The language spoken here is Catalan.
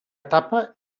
etapa